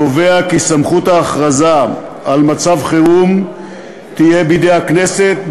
קובע כי סמכות ההכרזה על מצב חירום תהיה בידי הכנסת,